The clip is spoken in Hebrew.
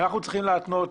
ואנחנו צריכים להתנות.